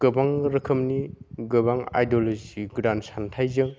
गोबां रोखोमनि गोबां आयड'लजि गोदान सानथायजों